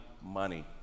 money